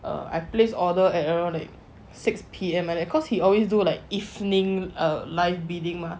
err I place order at around six P_M like and cause he always do like evening um live bidding mah